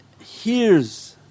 hears